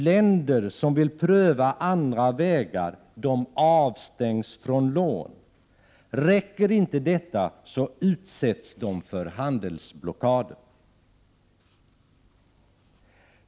Länder som vill pröva andra vägar avstängs från lån, och om detta inte räcker utsätts de för handelsblockader.